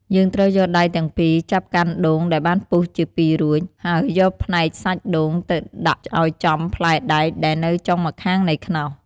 យើងត្រូវយកដៃទាំងពីរចាប់កាន់ដូងដែលបានពុះជាពីររួច ហើយយកផ្នែកសាច់ដូងទៅដាក់ឱ្យចំផ្លែដែកដែលនៅចុងម្ខាងនៃខ្នោស។